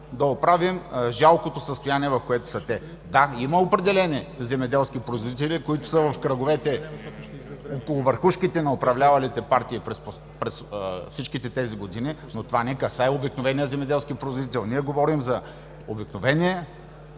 да оправим жалкото състояние, в което са те. Да, има определени земеделски производители, които са около върховете, около върхушките на управлявалите партии през всичките тези години, но това не касае обикновения земеделски производител. Ние говорим за обикновения,